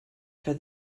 for